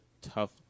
tough